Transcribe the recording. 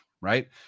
right